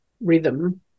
rhythm